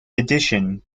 addition